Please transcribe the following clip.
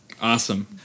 Awesome